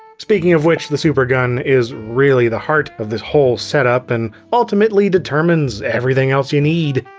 speaking of which, the supergun is really the heart of this whole setup and ultimately determines everything else you need.